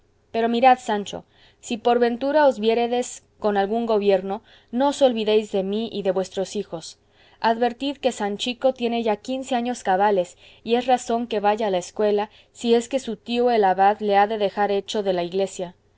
pero mirad sancho si por ventura os viéredes con algún gobierno no os olvidéis de mí y de vuestros hijos advertid que sanchico tiene ya quince años cabales y es razón que vaya a la escuela si es que su tío el abad le ha de dejar hecho de la iglesia